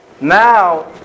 Now